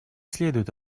следует